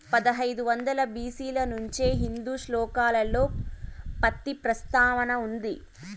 పదహైదు వందల బి.సి ల నుంచే హిందూ శ్లోకాలలో పత్తి ప్రస్తావన ఉంది